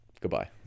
Goodbye